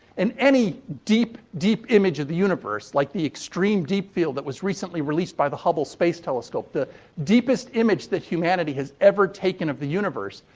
and any deep, deep image of the universe, like the extreme deep field that was recently released by the hubble space telescope, the deepest image that humanity has ever taken of the universe,